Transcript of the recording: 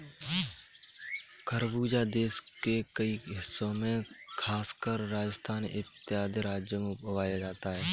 खरबूजा देश के कई हिस्सों में खासकर राजस्थान इत्यादि राज्यों में उगाया जाता है